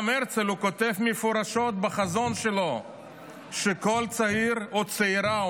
גם הרצל כותב במפורש בחזון שלו שכל צעיר או צעירה,